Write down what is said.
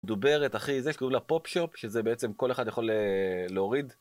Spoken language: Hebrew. מדוברת אחי, זה שקוראים לה פופ שופ, שזה בעצם כל אחד יכול להוריד